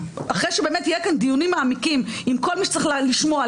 אחרי שבאמת יהיו כאן דיונים מעמיקים עם כל מי שצריך לשמוע,